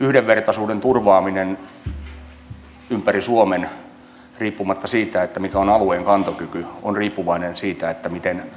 yhdenvertaisuuden turvaaminen ympäri suomen riippumatta siitä mikä on alueen kantokyky on riippuvainen siitä miten